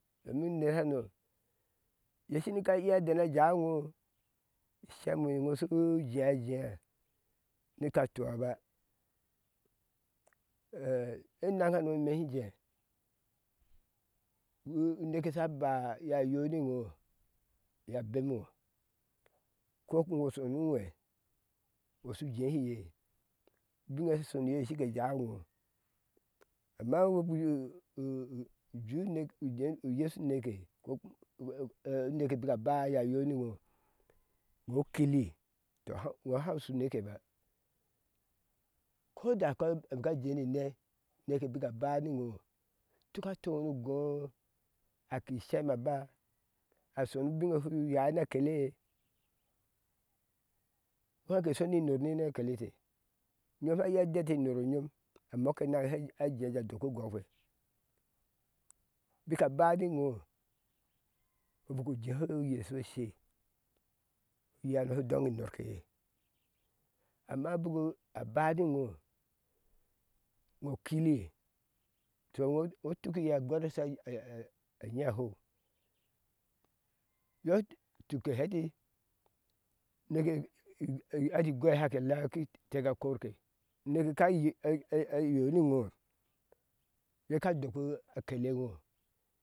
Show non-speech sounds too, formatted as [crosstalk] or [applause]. Nu nehano ye shini ka iya dene ajaiiŋo isheu eŋo ishewe ŋo shu jeajea nika tuaba [hesitation] enaŋhano meshi jee uu neka sha ba yoayo niiŋo iye bemi ŋo koku ŋo shonu u wee ŋo shu jehiye ubinne ye sha shoniye shike jaiwŋo amma iŋo bujuu u u. ju uye yeshu uneke ko kum ɛ ɛ neke bika ba a yayoni ŋo iŋo kili to ŋo hau ŋo hau shi unekeba koda ko ka jenine neke bika bani ŋo tuk a toŋo nu góó aku shemaba ashonu ubnŋe shu yáaá na kele fweŋ ke shoni nor na kee te ye sha iya duti nor onyom amoke a naŋe eye sha jee jɔ doku u gɔkpe bik abani ŋo biku jehi oye shoshe iyono she dɔŋhi norke ye amma buku aba ati ɲo kili to ŋo ŋo utuki iye a gwana shu [hesitation] anyia a hou yɔ tuk ke hɛ ati neke [hesitation] ati igwe ohake ela ki tɛka korke uneuke ko kaa yoniŋo yeka doka kele ŋo